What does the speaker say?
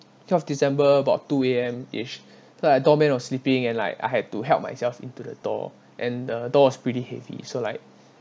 twelfth december about two A_M ish so the doorman was sleeping and like I had to help myself into the door and the door was pretty heavy so like